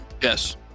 yes